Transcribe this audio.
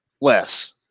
less